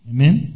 Amen